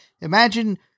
imagine